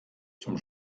zum